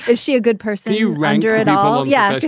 ah she a good person you render it all. yeah.